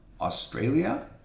Australia